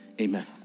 amen